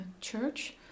church